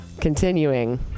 continuing